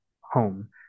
home